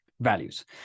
values